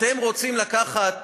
אתם רוצים לקחת